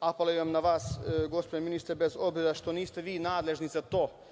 Apelujem na vas, gospodine ministre, bez obzira što niste vi nadležni za to,